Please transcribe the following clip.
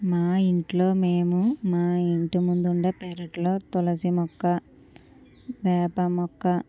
మా ఇంట్లో మేము మా ఇంటి ముందుండే పెరట్లో తులసి మొక్క వేప మొక్క